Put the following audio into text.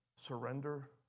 surrender